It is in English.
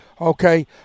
okay